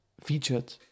featured